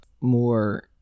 more